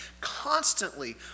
constantly